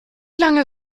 lange